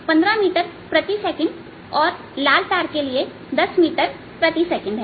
यह 15 मीटर प्रति सेकेंड और लाल तार के लिए 10 मीटर प्रति सेकंड है